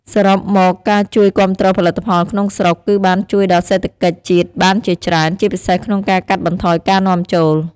សរុបមកការជួយគាំទ្រផលិតផងក្នុងស្រុក គឺបានជួយដល់សេដ្ឋកិច្ចជាតិបានជាច្រើន ជាពិសេសក្នុងការកាត់បន្ថយការនាំចូល។